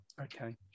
Okay